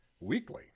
weekly